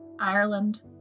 Ireland